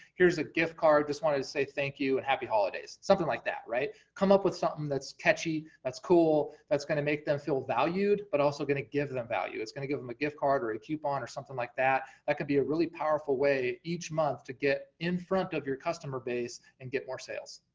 here's a gift card, just wanted to say thank you, and happy holidays. something like that, right? come up with something that's catchy, that's cool, that's gonna make them feel valued, but also gonna give them value. it's gonna give them a gift card or a coupon or something like that, that could be a really powerful way each month to get in front of your customer base, and get more sales.